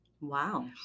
Wow